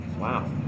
Wow